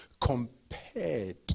compared